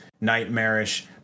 nightmarish